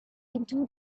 into